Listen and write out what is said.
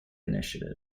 initiative